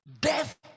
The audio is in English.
Death